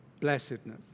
blessedness